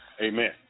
Amen